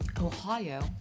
ohio